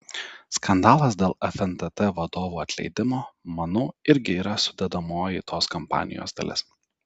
skandalas dėl fntt vadovų atleidimo manau irgi yra sudedamoji tos kampanijos dalis